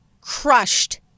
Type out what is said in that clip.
crushed